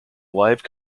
live